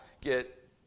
get